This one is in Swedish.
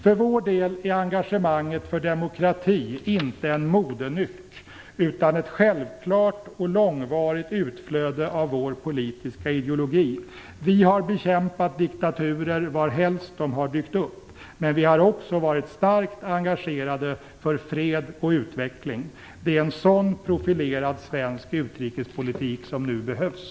För vår del är engagemanget för demokrati inte en modenyck, utan ett självklart och långvarigt utflöde av vår politiska ideologi. Vi har bekämpat diktaturer varhelst de har dykt upp, men vi har också varit starkt engagerade för fred och utveckling. Det är en sådan profilerad svensk utrikespolitik som nu behövs.